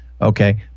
okay